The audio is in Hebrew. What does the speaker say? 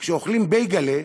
כשאוכלים בייגלה,